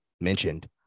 mentioned